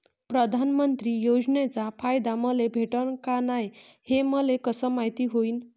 प्रधानमंत्री योजनेचा फायदा मले भेटनं का नाय, हे मले कस मायती होईन?